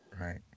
right